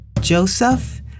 Joseph